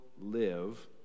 live